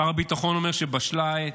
שר הביטחון אומר שבשלה העת.